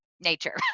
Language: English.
Nature